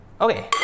Okay